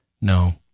No